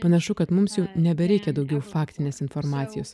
panašu kad mums jau nebereikia daugiau faktinės informacijos